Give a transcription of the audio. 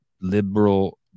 liberal